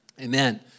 Amen